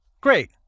Great